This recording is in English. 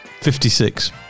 56